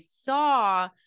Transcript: saw